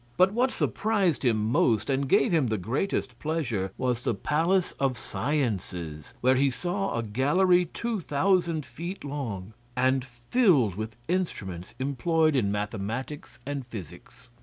but what surprised him most and gave him the greatest pleasure was the palace of sciences, where he saw a gallery two thousand feet long, and filled with instruments employed in mathematics and physics.